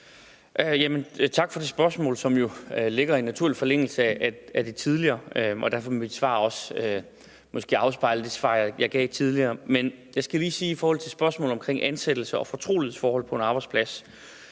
Tak for spørgsmålet, som jo ligger i en naturlig forlængelse af det tidligere, og derfor vil mit svar måske også afspejle det svar, jeg har givet tidligere. Men jeg skal i forhold til spørgsmålet om ansættelse og fortrolighedsforhold på en arbejdsplads,